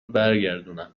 برگردونم